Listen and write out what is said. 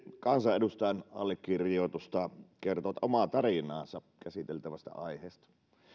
kansanedustajan allekirjoitusta kertovat omaa tarinaansa käsiteltävästä aiheesta